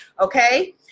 Okay